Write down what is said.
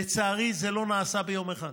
לצערי, זה לא נעשה ביום אחד.